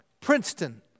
Princeton